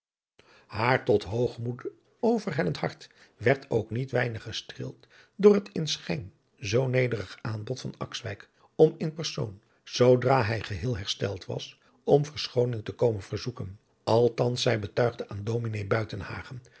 haar tot hoogmoed overhellend hart werd ook niet weinig gestreeld door het in schijn zoo adriaan loosjes pzn het leven van hillegonda buisman nederig aanbod van akswijk om in persoon zoodra hij geheel hersteld was om verschooning te komen verzoeken althans zij betuigde aan